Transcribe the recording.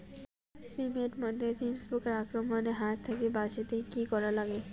শিম এট মধ্যে থ্রিপ্স পোকার আক্রমণের হাত থাকি বাঁচাইতে কি করা লাগে?